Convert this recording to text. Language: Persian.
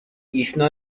ایسنا